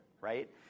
right